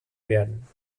werden